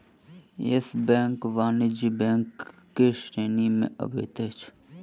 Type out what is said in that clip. yes Bank वाणिज्य bank के श्रेणी में अबैत अछि